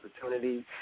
opportunities